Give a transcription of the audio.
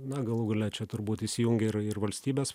na galų gale čia turbūt įsijungia ir ir valstybės